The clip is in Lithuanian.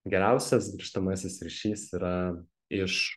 geriausias grįžtamasis ryšys yra iš